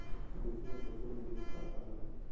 गोभी म फफूंद लगे के का कारण हे?